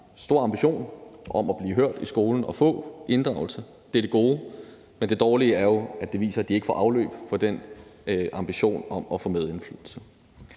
stor ambition om at blive hørt i skolen og få inddragelse, og det er det gode. Men det dårlige er jo, af det viser, at de ikke får afløb for den ambition om at få medindflydelse.